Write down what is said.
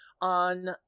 on